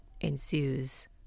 ensues